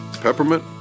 peppermint